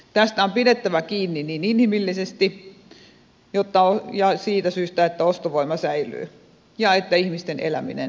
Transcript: tästä on pidettävä kiinni niin inhimillisesti kuin siitä syystä että ostovoima säilyy ja ihmisten eläminen helpottuisi